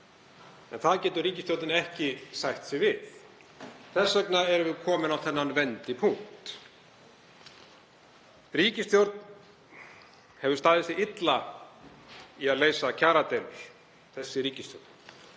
En það getur ríkisstjórnin ekki sætt sig við. Þess vegna erum við komin á þennan vendipunkt. Þessi ríkisstjórn hefur staðið sig illa í að leysa kjaradeilur. Það má rifja